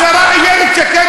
השרה איילת שקד,